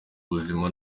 ubuzima